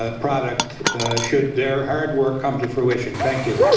ah product should their hard work come to fruition. thank you.